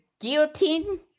guillotine